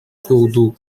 cordoue